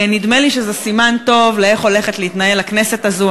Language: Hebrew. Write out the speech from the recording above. נדמה לי שזה סימן טוב איך הולכת להתנהל הכנסת הזאת.